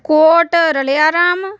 ਕੋਟ Raliya Ram